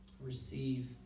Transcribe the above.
Receive